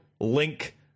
Link